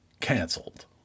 canceled